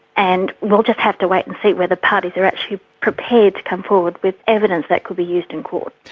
and we'll just have to wait and see whether parties are actually prepared to come forward with evidence that could be used in court.